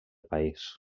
país